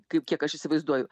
kaip kiek aš įsivaizduoju